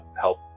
help